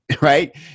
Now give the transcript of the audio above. right